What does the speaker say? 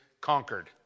conquered